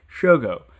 Shogo